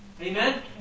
Amen